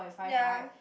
ya